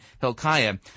Hilkiah